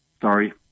sorry